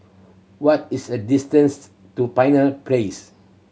what is the distance to Pioneer Place